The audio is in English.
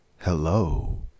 Hello